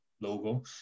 logo